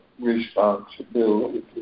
responsibility